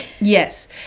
Yes